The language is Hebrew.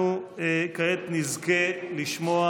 אנחנו כעת נזכה לשמוע